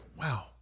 wow